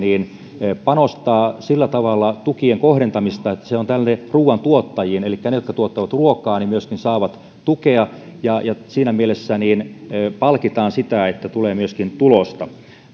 panostaa sillä tavalla tukien kohdentamista että se on ruuantuottajiin elikkä ne jotka tuottavat ruokaa myöskin saavat tukea ja ja siinä mielessä palkitaan sitä että tulee myöskin tulosta